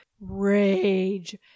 Rage